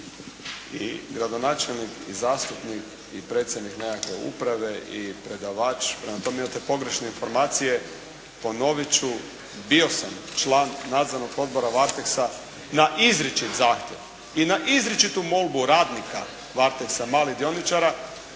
i gradonačelnik i zastupnik i predsjednik nekakve uprave i predavač. Prema tome imate pogrešne informacije. Ponovit ću, bio sam član Nadzornog odbora Varteksa na izričit zahtjev. I na izričitu molbu radnika Varteksa, malih dioničara.